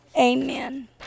Amen